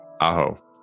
Aho